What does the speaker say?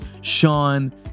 Sean